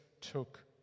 took